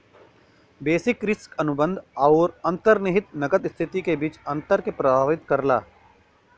basis risk अनुबंध आउर अंतर्निहित नकद स्थिति के बीच अंतर के प्रभावित करला